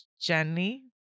Jenny